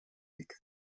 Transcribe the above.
nick